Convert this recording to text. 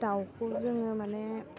दाउखौ जोङो माने